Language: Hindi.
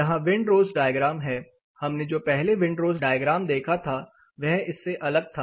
यहां विंडरोज डायग्राम है हमने जो पहले विंडरोज डायग्राम देखा था वह इससे अलग था